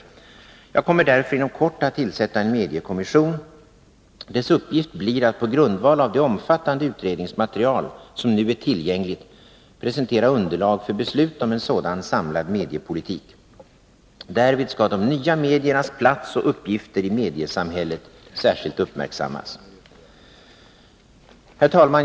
Jag kommer därför inom kort att tillsätta en mediekommission. Dess uppgift blir att på grundval av det omfattande utredningsmaterial som nu är tillgängligt presentera underlag för beslut om en sådan samlad mediepolitik. Därvid skall de nya mediernas plats och uppgifter i mediesamhället särskilt uppmärksammas. Herr talman!